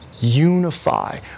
unify